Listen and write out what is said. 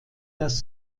das